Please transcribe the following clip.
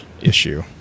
issue